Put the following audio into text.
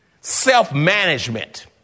self-management